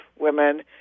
women